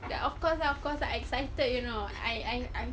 there of course lah of course they're excited you know I I